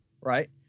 right